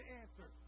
answer